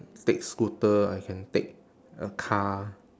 take scooter I can take a car